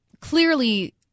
Clearly